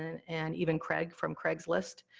and and even craig from craigslist.